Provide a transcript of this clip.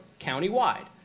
countywide